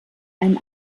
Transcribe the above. einen